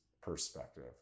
perspective